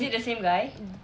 is it the same guy